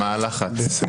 מה הלחץ?